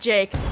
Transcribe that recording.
Jake